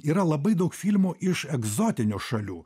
yra labai daug filmų iš egzotinių šalių